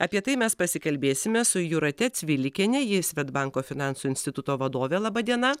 apie tai mes pasikalbėsime su jūrate cvilikiene ji svedbanko finansų instituto vadovė laba diena